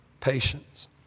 patience